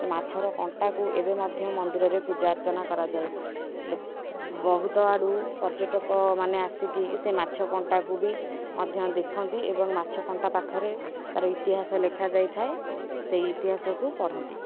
ସେ ମାଛର କଣ୍ଟାକୁ ଏବେ ମଧ୍ୟ ମନ୍ଦିରରେ ପୂଜା ଅର୍ଚ୍ଚନା କରାଯାଏ ବହୁତ ଆଡ଼ୁ ପର୍ଯ୍ୟଟକ ମାନେ ଆସିକି ସେ ମାଛ କଣ୍ଟାକୁ ବି ମଧ୍ୟ ଦେଖନ୍ତି ଏବଂ ମାଛ କଣ୍ଟା ପାଖରେ ତାର ଇତିହାସ ଲେଖାଯାଇଥାଏ ସେଇ ଇତିହାସକୁ ପଢ଼ନ୍ତି